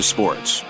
Sports